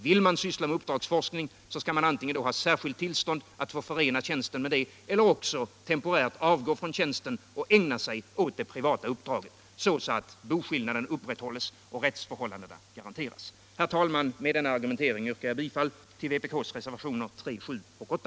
Vill man.då syssla med uppdragsforskning skall man antingen ha särskilt tillstånd att förena tjänsten med detta eller också temporärt avgå från tjänsten och ägna sig åt det privata uppdraget så att boskillnaden upprätthålls och rättsförhållandena garanteras. Herr talman! Med denna argumentering yrkar jag bifall till vpk-reservationerna 3, 7 och 8.